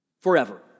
forever